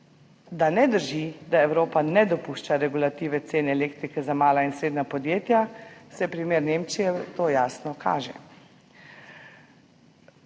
da ne drži, da Evropa ne dopušča regulative cen elektrike za mala in srednja podjetja, saj primer Nemčije to jasno kaže.